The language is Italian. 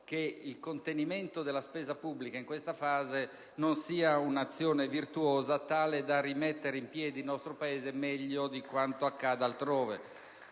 caso il contenimento della spesa pubblica in questa fase non sia un'azione virtuosa tale da rimettere in piedi il nostro Paese meglio di quanto accada altrove.